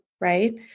right